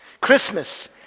Christmas